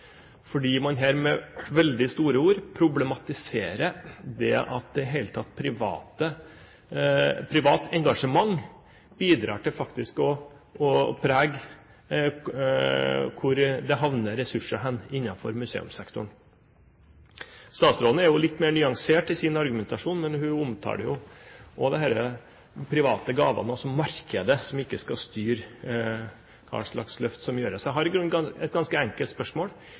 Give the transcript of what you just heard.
fordi man her med veldig store ord problematiserer at i det hele tatt privat engasjement faktisk bidrar til å prege hvor det havner ressurser innenfor museumssektoren. Statsråden er jo litt mer nyansert i sin argumentasjon, men hun omtaler jo også disse private gavene som «markedet» som ikke skal styre hva slags løft som gjøres. Jeg har i grunnen et ganske enkelt spørsmål: